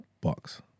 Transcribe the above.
Bucks